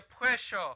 pressure